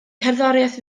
cerddoriaeth